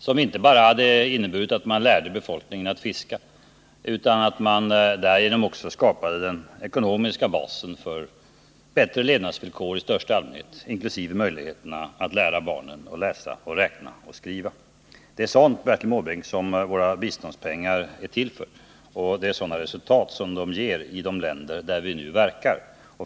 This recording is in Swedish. Det projektet hade ju inneburit att man inte bara lärde befolkningen att fiska utan också att man därigenom skapade den ekonomiska basen för bättre levnadsvillkor i största allmänhet, inkl. möjligheter att lära barnen att läsa, räkna och skriva. Det är sådant, Bertil Måbrink, som våra biståndspengar är till för och det är sådana resultat som de ger i de länder där vi nu verkar.